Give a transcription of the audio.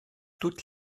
toute